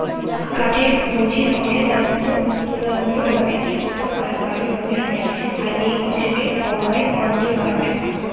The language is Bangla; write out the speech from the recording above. কাঠের মঝির অংশ সাধারণত তুলনামূলকভাবে শক্ত আর গাঢ় রঙের হয় আর এই অংশকে কওয়া হয় অন্তরকাঠ